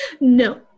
No